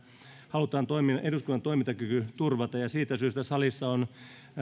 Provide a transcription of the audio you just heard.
halutaan toimia eduskunnan toimintakyky turvaten siitä syystä salissa on